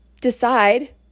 decide